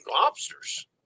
lobsters